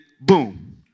boom